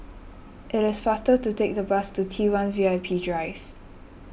it is faster to take the bus to T one V I P Drive